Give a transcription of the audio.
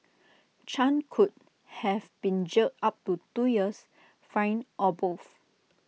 chan could have been jailed up to two years fined or both